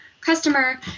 customer